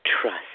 trust